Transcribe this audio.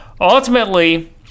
Ultimately